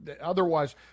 Otherwise